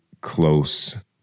close